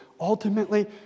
Ultimately